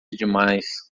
demais